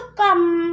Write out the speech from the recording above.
come